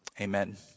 amen